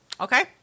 Okay